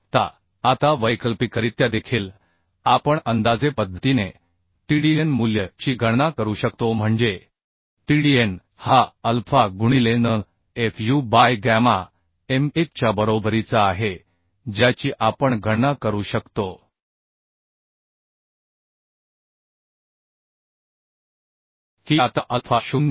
आता आता वैकल्पिकरित्या देखील आपण अंदाजे पद्धतीने Tdn मूल्य ची गणना करू शकतो Tdn हा अल्फा गुणिले nFuबाय गॅमा m 1 च्या बरोबरीचा आहे ज्याची आपण गणना करू शकतो की आता अल्फा 0